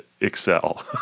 excel